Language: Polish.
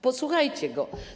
Posłuchajcie go.